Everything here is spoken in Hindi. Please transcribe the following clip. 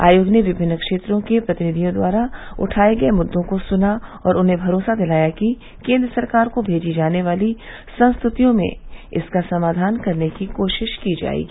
आयोग ने विभिन्न क्षेत्रों के प्रतिनिधियों द्वारा उठाए गए मुद्दों को सुना और उन्हें भरोसा दिलाया कि केन्द्र सरकार को भेजी जाने वाली संस्तुतियों में इसका समाधान करने की कोशिश की जाएगी